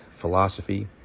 philosophy